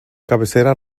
cabecera